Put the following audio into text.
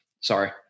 Sorry